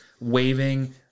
waving